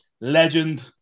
legend